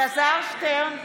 אינה משתתפת בהצבעה אלעזר שטרן,